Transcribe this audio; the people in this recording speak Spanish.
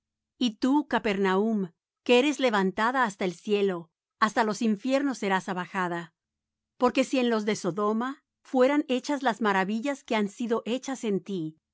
y tú capernaum que eres levantada hasta el cielo hasta los infiernos serás abajada porque si en los de sodoma fueran hechas las maravillas que han sido hechas en ti